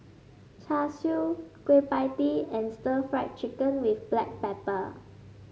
Char Siu Kueh Pie Tee and Stir Fried Chicken with Black Pepper